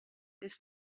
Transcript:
this